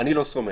אני לא סומך,